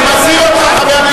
אני מזהיר אותך,